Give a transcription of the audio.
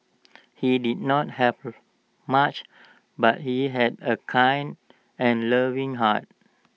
he did not have much but he had A kind and loving heart